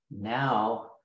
now